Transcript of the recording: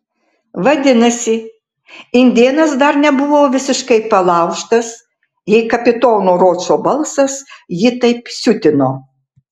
vadinasi indėnas dar nebuvo visiškai palaužtas jei kapitono ročo balsas jį taip siutino